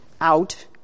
out